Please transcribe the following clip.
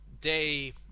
day